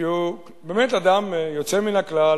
שהוא באמת אדם יוצא מן הכלל,